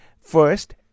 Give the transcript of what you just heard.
first